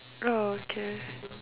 oh okay